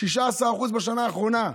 16% בשנה האחרונה.